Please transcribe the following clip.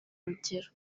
rugero